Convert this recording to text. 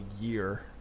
year